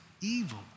evil